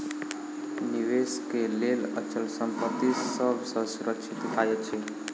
निवेश के लेल अचल संपत्ति सभ सॅ सुरक्षित उपाय अछि